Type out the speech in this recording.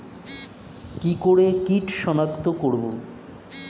কি করে কিট শনাক্ত করব?